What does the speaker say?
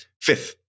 fifth